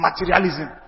Materialism